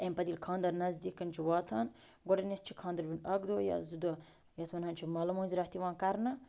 تہٕ أمۍ پَتہٕ ییٚلہِ خانٛدَر نزدیٖکَن چھُ واتان گۄڈٕنٮ۪تھ چھِ خانٛدَر وٕنۍ اَکھ دۄہ یا زٕ دۄہ یَتھ وَنان چھِ مَلہٕ مٲنِز راتھ یِوان کرنہٕ